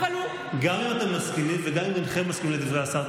גם אם אתם מסכימים וגם אם אינכם מסכימים לדברי השר,